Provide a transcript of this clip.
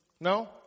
No